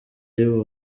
y’u